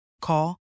Call